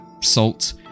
salt